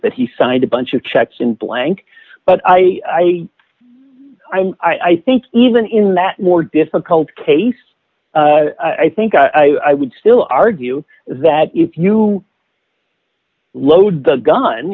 that he signed a bunch of checks in blank but i i'm i think even in that more difficult case i think i would still argue that if you load the gun